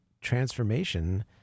transformation